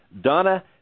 Donna